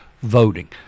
voting